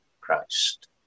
Christ